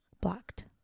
blocked